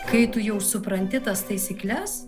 kai tu jau supranti tas taisykles